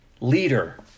leader